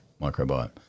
microbiome